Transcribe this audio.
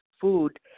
food